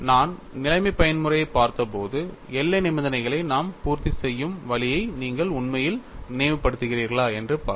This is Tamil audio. நான் நிலைமை பயன்முறையைப் பார்த்தபோது எல்லை நிபந்தனைகளை நாம் பூர்த்தி செய்யும் வழியை நீங்கள் உண்மையில் நினைவுபடுத்துகிறீர்களா என்று பாருங்கள்